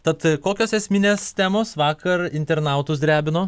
tad kokios esminės temos vakar internautus drebino